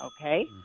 okay